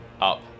up